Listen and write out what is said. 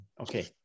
Okay